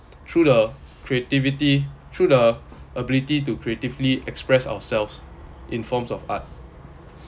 through the creativity through the ability to creatively express ourselves in forms of art